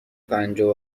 پنجاه